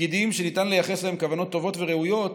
פקידים שניתן לייחס להם כוונות טובות וראויות